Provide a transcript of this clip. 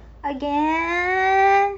again